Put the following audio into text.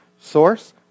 Source